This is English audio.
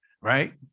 right